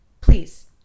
please